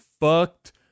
fucked